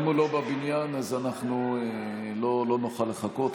אם הוא לא בבניין אז אנחנו לא נוכל לחכות,